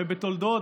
אז תענה עניינית,